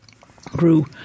grew